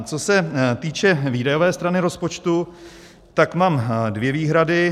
Co se týče výdajové strany rozpočtu, tak mám dvě výhrady.